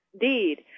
Indeed